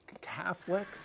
Catholic